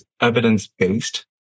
evidence-based